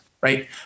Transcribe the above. right